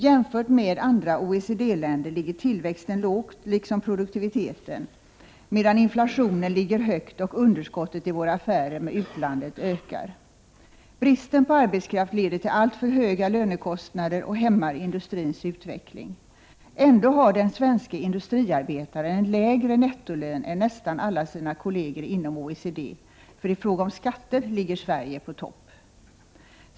Jämfört med andra OECD-länder ligger tillväxten lågt, liksom produktiviteten, medan inflationen ligger högt och underskottet i våra affärer med utlandet ökar. Bristen på arbetskraft leder till alltför höga lönekostnader och hämmar industrins utveckling. Ändå har den svenske industriarbetaren en lägre nettolön än nästan alla sina kolleger inom OECD för i fråga om skatter ligger Sverige på topp.